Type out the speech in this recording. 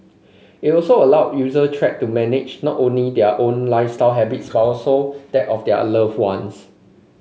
it also allow user track to manage not only their own lifestyle habits but also that of their love ones